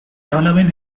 halloween